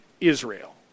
Israel